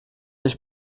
ich